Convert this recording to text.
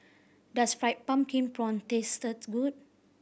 does fried pumpkin prawn tastes good